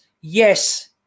yes